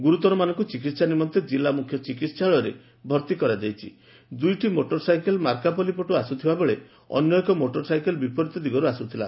ଗୁରୁତରମାନଙ୍କୁ ଚିକିହା ନିମନ୍ତେ ଜିଲ୍ଲ ମୁଖ୍ୟ ଚିକିହାଳୟରେ ଭର୍ତି କରାଯାଇଛି ଦୁଇଟି ମୋଟରସାଇକେଲ ମାର୍କାପାଲି ପଟୁ ଆସୁଥିବା ବେଳେ ଅନ୍ୟ ଏକ ମୋଟରସାଇକେଲ ବିପରୀତ ଦିଗରୁ ଆସ୍ଥିଲା